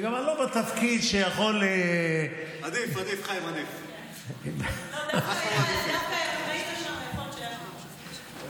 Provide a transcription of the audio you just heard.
ואני גם לא בתפקיד שיכול, עדיף, חיים, עדיף.